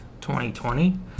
2020